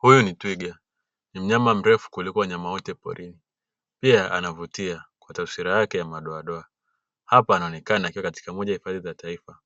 Huyu ni twiga, ni mnyama mrefu kuliko wanyama wote porini pia anavutia kwa taswira yake ya madoamadoa. Hapa anaonekana katika moja ya hifadhi za taifa